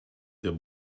der